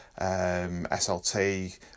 SLT